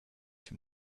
from